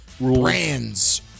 brands